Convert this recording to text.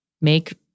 make